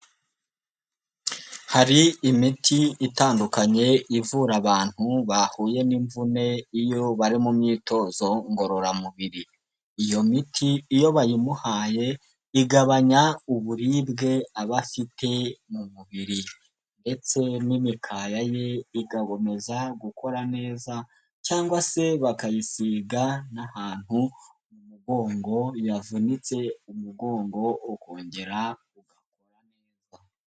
Hari imiti itandukanye ivura abantu bahuye n'imvune iyo bari mu myitozo ngororamubiri, iyo miti iyo bayimuhaye igabanya uburibwe aba afite mu mubiri, ndetse n'imikaya ye igagomeza gukora neza, cyangwa se bakayisiga n'ahantu umugongo yavunitse umugongo ukongera ugakora neza.